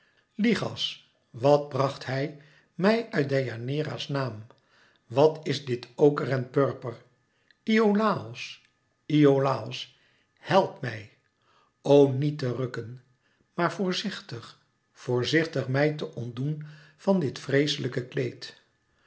lichas wàt bracht hij mij uit deianeira's naam wàt is dit oker en purper iolàos iolàos help mij o nièt te rukken maar voorzichtig voorzichtig mij te ontdoen van dit vreeslijke kleed